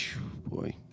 boy